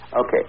Okay